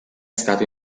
stato